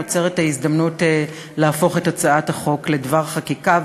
נוצרת ההזדמנות להפוך את הצעת החוק לדבר חקיקה,